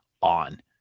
on